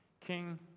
King